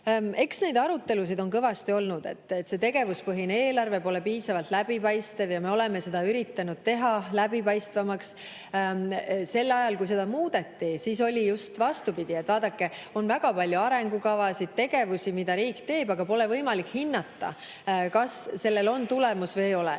Eks neid arutelusid on kõvasti olnud, et see tegevuspõhine eelarve pole piisavalt läbipaistev, ja me oleme seda üritanud teha läbipaistvamaks. Sel ajal, kui seda muudeti, oli just vastupidi, et vaadake, on väga palju arengukavasid, tegevusi, mida riik teeb, aga pole võimalik hinnata, kas sellel on tulemus või ei ole,